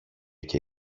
και